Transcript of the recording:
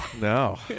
No